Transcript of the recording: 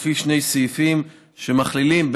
לפי שני סעיפים שמכלילים,